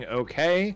okay